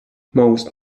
most